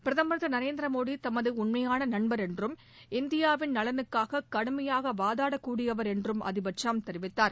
பிரதமர் திருநரேந்திர மோடி தமது உண்மையான நண்பர் என்றும் இந்தியாவின் நலனுக்காக கடுமையாக வாதாடக்கூடியவர் என்றும் அதிபர் ட்ரம்ப் தெரிவித்தார்